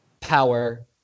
power